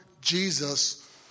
Jesus